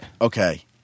Okay